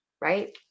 Right